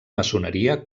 maçoneria